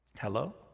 hello